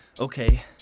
Okay